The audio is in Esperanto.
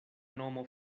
nomo